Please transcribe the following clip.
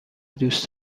دوست